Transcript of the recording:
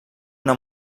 una